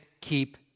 keep